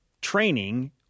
training –